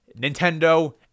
Nintendo